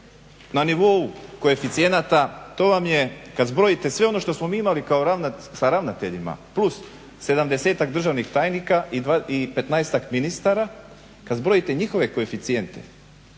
Na nivou koeficijenata to vam je, kad zbrojite sve ono što smo mi imali kao ravnatelji, sa ravnateljima plus sedamdesetak državnih tajnika i petnaestak ministara, kad zbrojite njihove koeficijente